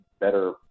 better